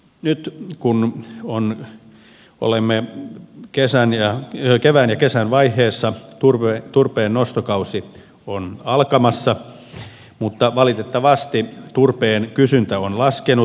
nyt kun olemme kevään ja kesän vaiheessa turpeen nostokausi on alkamassa mutta valitettavasti turpeen kysyntä on laskenut